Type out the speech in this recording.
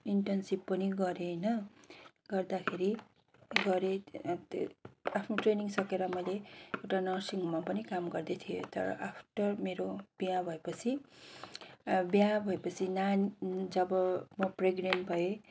internship पनि गरेँ होइन गर्दाखेरि गरेँ आफ्नो ट्रेनिङ सकेर मैले एउटा नर्सिङ होममा पनि काम गर्दैथिएँ तर आफ्टर मेरो बिहा भएपछि बिहा भएपछि नानी जब म प्रेगनेन्ट भएँ